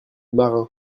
marin